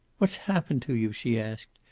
what's happened to you? she asked.